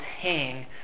hang